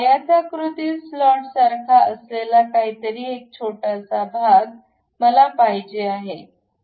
आयताकृती स्लॉट सारखा असलेला काहीतरी एक छोटासा भाग मला पाहिजे आहे